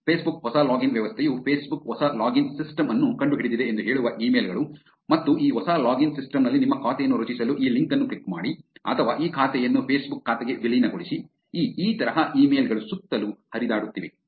Facebook ಹೊಸ login ವ್ಯವಸ್ಥೆಯು Facebook ಹೊಸ ಲಾಗಿನ್ ಸಿಸ್ಟಮ್ ಅನ್ನು ಕಂಡುಹಿಡಿದಿದೆ ಎಂದು ಹೇಳುವ ಇಮೇಲ್ ಗಳು ಮತ್ತು ಈ ಹೊಸ ಲಾಗಿನ್ ಸಿಸ್ಟಮ್ ನಲ್ಲಿ ನಿಮ್ಮ ಖಾತೆಯನ್ನು ರಚಿಸಲು ಈ ಲಿಂಕ್ ಅನ್ನು ಕ್ಲಿಕ್ ಮಾಡಿ ಅಥವಾ ಈ ಖಾತೆಯನ್ನು ಫೇಸ್ಬುಕ್ ಖಾತೆಗೆ ವಿಲೀನಗೊಳಿಸಿ ಈ ಈ ತರಹ ಇಮೇಲ್ ಗಳು ಸುತ್ತಲೂ ಹರಿದಾಡುತ್ತಿವೆ